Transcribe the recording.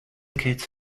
kits